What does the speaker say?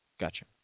Gotcha